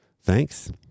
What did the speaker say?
Thanks